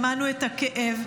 שמענו את הכאב,